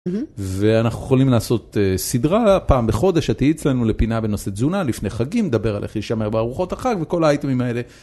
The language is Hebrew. ואנחנו יכולים לעשות סדרה, פעם בחודש את תהיי אצלנו לפינה בנושא תזונה, לפני חגים דבר עליך להישמר בארוחות החג וכל האייטמים האלה.